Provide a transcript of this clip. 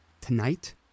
tonight